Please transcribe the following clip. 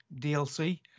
DLC